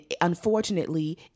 unfortunately